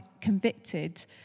convicted